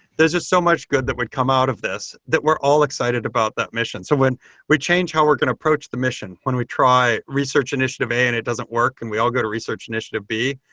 there's just so much good that would come out of this that we're all excited about that mission. so when we change how we're going to approach the mission. when we try research initiative a and it doesn't work and we all go to research initiative b,